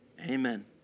Amen